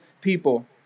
people